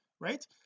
right